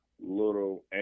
little